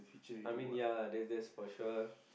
I mean ya lah that that's for sure